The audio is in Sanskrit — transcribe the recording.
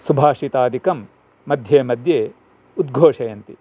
सुभाषितादिकं मध्ये मध्ये उद्घोषयन्ति